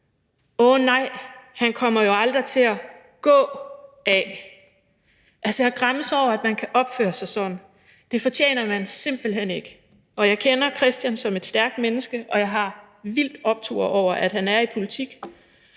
»Åh nej, han kommer jo aldrig til at GÅ af.« Altså, jeg græmmes over, at man kan opføre sig sådan. Det fortjener man simpelt hen ikke at skulle opleve. Jeg kender Kristian Hegaard som et stærkt menneske, og jeg har vild optur over, at han er i politik,